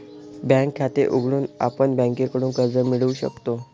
bank खाते उघडून आपण बँकेकडून कर्ज मिळवू शकतो